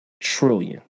trillion